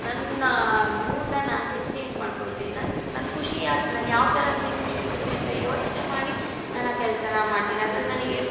ನನ್ನ ಮೂಡನ್ನು ನಾನು ಚೇಂಜ್ ಮಾಡ್ಕೊತೀನ್ ನನ್ನ ನನ್ನ ಖುಷಿಯಾಗಿ ನಾನು ಯಾವ ಥರ ನನಗ್ ಖುಷಿ ಸಿಗುತ್ತೆ ಅಂತ ಯೋಚನೆ ಮಾಡಿ ನಾನು ಆ ಕೆಲ್ಸ ಮಾಡ್ತೀನ್ ಅದ್ರಲ್ಲಿ ನನಗೆ